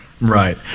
right